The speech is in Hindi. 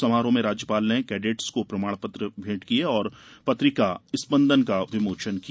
समारोह में राज्यपाल ने कैडेटस को प्रमाण पत्र भेंट किये और पत्रिका स्पंदन का विमोचन किया